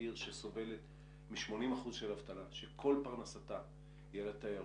עיר שסובלת מ-80% אבטלה שכל פרנסתה היא על התיירות,